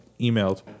emailed